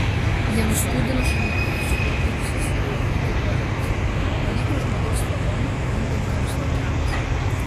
jie nuspūdino šalin suglaudę ausis ir pabrukę uodegas palikę žmogaus lavoną bundantiems lokiams